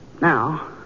now